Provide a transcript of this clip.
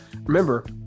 Remember